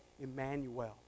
Emmanuel